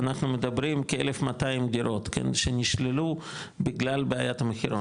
אנחנו מדברים כ-1,200 דירות שנשללו בגלל בעיית המחירון,